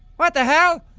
what the hell?